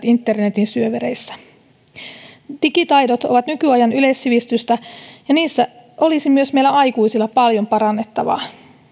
internetin syövereissä digitaidot ovat nykyajan yleissivistystä ja niissä olisi myös meillä aikuisilla paljon parannettavaa